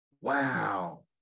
Wow